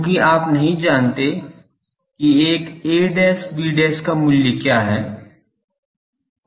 क्योंकि आप नहीं जानते कि एक a b का मूल्य क्या है